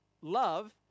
love